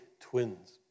twins